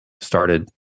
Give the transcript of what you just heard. started